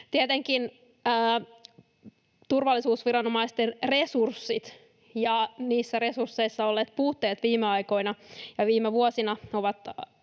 Tietenkin turvallisuusviranomaisten resurssit ja niissä resursseissa olleet puutteet viime aikoina ja viime vuosina